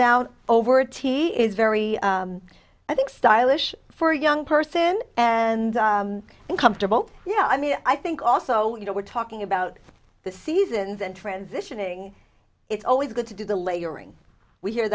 down over t is very i think stylish for a young person and uncomfortable yeah i mean i think also you know we're talking about the seasons and transitioning it's always good to do the